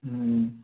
ହୁଁ